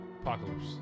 Apocalypse